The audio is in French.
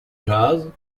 jazz